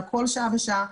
על כל שעה ושעה,